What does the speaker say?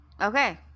Okay